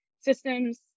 systems